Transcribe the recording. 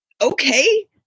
Okay